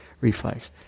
reflex